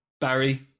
barry